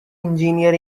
engineer